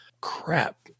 Crap